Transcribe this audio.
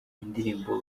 indirimbo